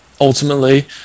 ultimately